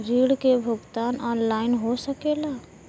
ऋण के भुगतान ऑनलाइन हो सकेला?